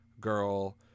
girl